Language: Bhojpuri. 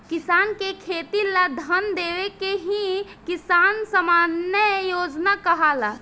किसान के खेती ला धन देवे के ही किसान सम्मान योजना कहाला